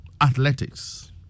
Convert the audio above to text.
athletics